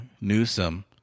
Newsom